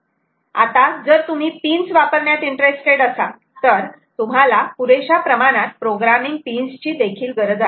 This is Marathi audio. आता जर तुम्ही पिन्स वापरण्यात इंटरेस्टेड असाल तर तुम्हाला पुरेशा प्रमाणात प्रोग्रामिंग पिन्स ची देखील गरज आहे